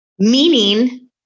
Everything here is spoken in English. Meaning